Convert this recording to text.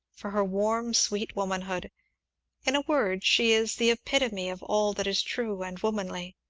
for her warm, sweet womanhood in a word, she is the epitome of all that is true and womanly!